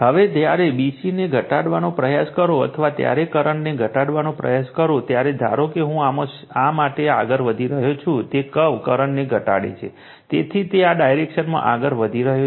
હવે જ્યારે b c ને ઘટાડવાનો પ્રયાસ કરો અથવા અત્યારે કરંટને ઘટાડવાનો પ્રયાસ કરો ત્યારે ધારો કે હું આમાં શા માટે આગળ વધી રહ્યો છું તે કર્વ કરંટને ઘટાડે છે તેથી તે આ ડાયરેક્શનમાં આગળ વધી રહ્યો છે